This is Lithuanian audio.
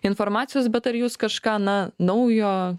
informacijos bet ar jūs kažką na naujo